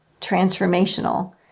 transformational